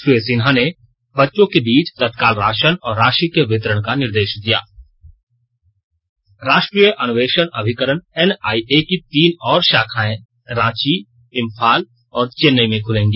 श्री सिन्हा ने बच्चों के बीच तत्काल राशन और राशि के वितरण का निर्देश दिया राष्ट्रीय अन्वेषण अभिकरण एनआईए की तीन और शाखाएं रांची इम्फाल और चेन्नई में खुलेंगी